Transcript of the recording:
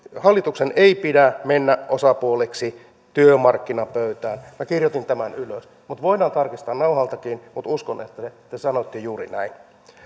hallituksen ei pidä mennä osapuoleksi työmarkkinapöytään minä kirjoitin tämän ylös voidaan tarkistaa nauhaltakin mutta uskon että te sanoitte juuri näin